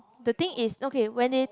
the thing is okay when it